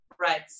right